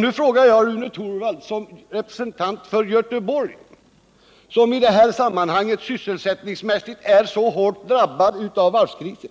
Nu frågar jag Rune Torwald som representant för Göteborg, en kommun som sysselsättningsmässigt är hårt drabbad av varvskrisen: